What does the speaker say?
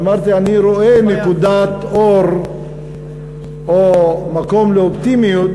ואמרתי, אני רואה נקודת אור או מקום לאופטימיות,